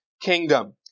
kingdom